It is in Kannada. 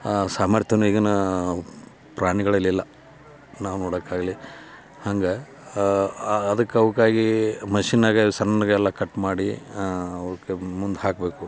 ಆ ಸಾಮರ್ಥ್ಯವನ್ನು ಈಗಿನ ಪ್ರಾಣಿಗಳಲ್ಲಿ ಇಲ್ಲ ನಾವು ನೋಡೋಕ್ಕಾಗ್ಲಿ ಹಂಗೆ ಅದಕ್ಕೆ ಅವುಕ್ಕಾಗಿ ಮಷಿನ್ನಾಗೆ ಸಣ್ಣಗ್ ಎಲ್ಲ ಕಟ್ ಮಾಡಿ ಅವಕ್ಕೆ ಮುಂದೆ ಹಾಕಬೇಕು